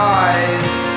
eyes